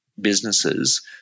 businesses